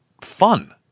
fun